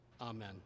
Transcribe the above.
Amen